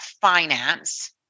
finance